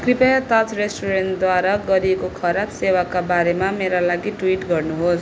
कृपया ताज रेस्टुरेन्टद्वारा गरिएको खराब सेवाका बारेमा मेरा लागि ट्विट गर्नुहोस्